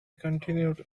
continued